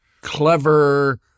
clever